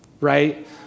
right